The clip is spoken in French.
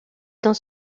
dans